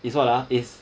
is what ah is